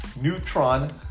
neutron